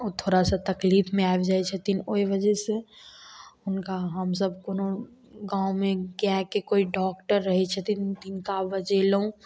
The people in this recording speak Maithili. ओ थोड़ा सा तकलीफमे आबि जाइ छथिन ओहि वजह से हुनका हमसभ कोनो गाँवमे गायके कोइ डॉक्टर रहै छथिन तिनका बजेलहुॅं